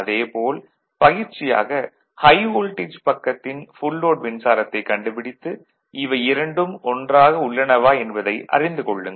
அதே போல் பயிற்சியாக ஹை வோல்டேஜ் பக்கத்தின் ஃபுல் லோட் மின்சாரத்தைக் கண்டுபிடித்து இவை இரண்டும் ஒன்றாக உள்ளனவா என்பதை அறிந்து கொள்ளுங்கள்